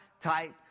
type